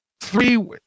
three